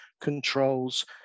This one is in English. controls